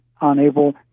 unable